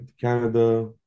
Canada